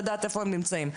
לדעת איפה הם נמצאים.